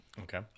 Okay